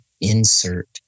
insert